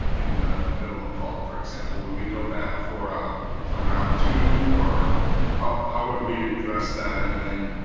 in the middle of fall, for example? would we go back for a round two or how how would we address that and then